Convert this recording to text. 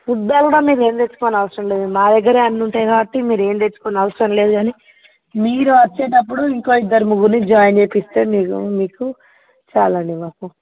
food అంతా మీరు ఏం తెచ్చుకోవలసిన అవసరం లేదు మా దగ్గరే అన్నీ ఉంటాయి కాబట్టి మీరు ఏం తెచ్చుకోవలసిన అవసరం లేదు కానీ మీరు వచ్చేటప్పుడు ఇంకో ఇద్దరు ముగ్గుర్ని జాయిన్ చెయ్యిస్తే మీకు మీకు చాలండి మాకు